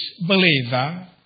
believer